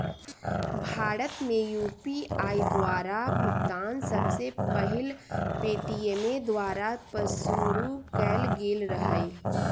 भारत में यू.पी.आई द्वारा भुगतान सबसे पहिल पेटीएमें द्वारा पशुरु कएल गेल रहै